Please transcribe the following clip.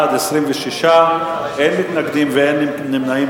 26, אין מתנגדים ואין נמנעים.